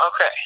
Okay